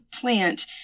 plant